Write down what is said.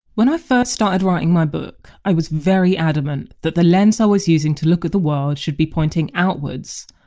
when i first started writing my book, i was very adamant that the lens i was using to look at the world should be pointing outwards,